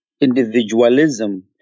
individualism